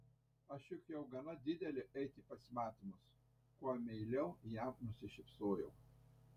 aš juk jau gana didelė eiti į pasimatymus kuo meiliau jam nusišypsojau